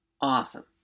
Awesome